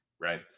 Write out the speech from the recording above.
Right